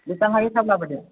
जेसेबां हायो थाब लाबोदो